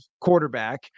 quarterback